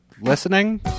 listening